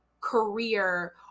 career